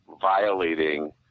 violating